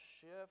shift